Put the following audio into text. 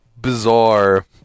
bizarre